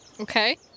Okay